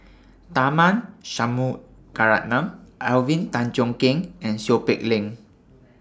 Tharman Shanmugaratnam Alvin Tan Cheong Kheng and Seow Peck Leng